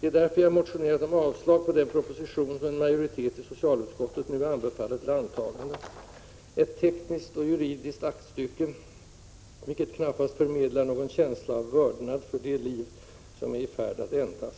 Det är därför jag motionerat om avslag på den proposition, som en majoritet i socialutskottet nu anbefaller till antagande — ett tekniskt och juridiskt aktstycke, vilket knappast förmedlar någon känsla av vördnad för det liv, som är i färd att ändas.